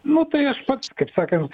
nu tai aš pats kaip sakant